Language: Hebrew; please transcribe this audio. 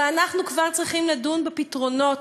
אנחנו כבר צריכים לדון בפתרונות,